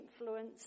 influence